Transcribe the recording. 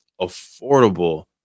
affordable